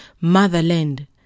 motherland